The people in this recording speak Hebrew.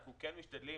אנחנו משתדלים,